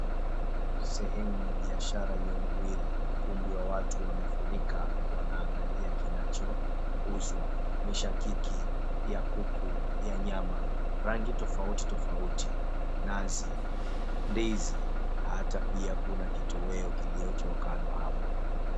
Sehemu ya biashara ilionawiri. Ukumbi wa watu wamefurika wanaangalia kinachouzwa. Mishakiki ya kuku, ya nyama rangi tofauti tofauti, nazi, ndizi, hata pia kuna kitoweo kiliochokandwa hapo.